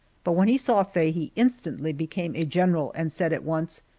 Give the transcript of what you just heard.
but when he saw faye he instantly became a general and said at once,